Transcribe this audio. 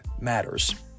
matters